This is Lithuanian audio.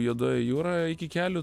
juodoji jūra iki kelių